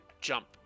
jump